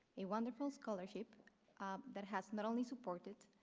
a wonderful scholarship that has not only supported